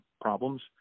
problems